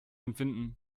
empfinden